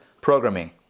programming